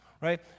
right